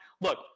Look